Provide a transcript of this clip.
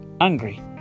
Angry